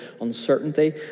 uncertainty